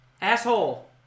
Asshole